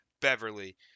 Beverly